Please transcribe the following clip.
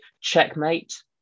checkmate